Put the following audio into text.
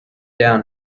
down